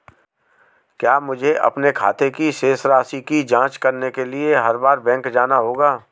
क्या मुझे अपने खाते की शेष राशि की जांच करने के लिए हर बार बैंक जाना होगा?